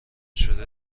شده